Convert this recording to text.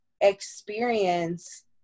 experience